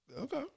Okay